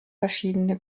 verschiedene